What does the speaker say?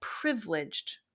privileged